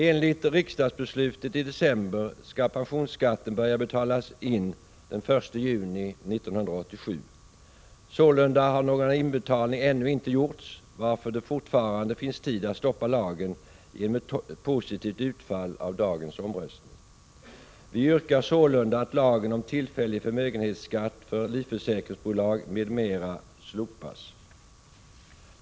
Enligt riksdagsbeslutet i december skall pensionsskatten börja betalas in den 1 juni 1987. Sålunda har några inbetalningar ännu inte gjorts, varför det fortfarande finns tid att stoppa lagen genom ett positivt utfall av dagens Vi yrkar sålunda att lagen om tillfällig förmögenhetsskatt för livförsäkringsbolag, m.m. slopas.